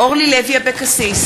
אורלי לוי אבקסיס,